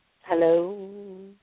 Hello